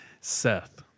Seth